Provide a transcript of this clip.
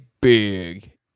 big